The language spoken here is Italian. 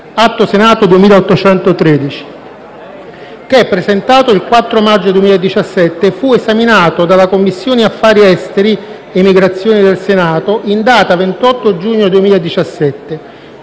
(Atto Senato 2813) che, presentato il 4 maggio 2017, fu esaminato dalla Commissione affari esteri, emigrazione del Senato in data 28 giugno 2017,